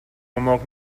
مرغ